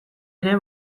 ere